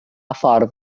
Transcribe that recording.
ffordd